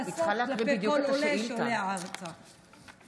איך יכול להיות שיהודים שעולים לארץ לא